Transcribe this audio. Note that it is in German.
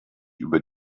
über